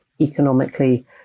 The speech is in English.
economically